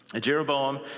Jeroboam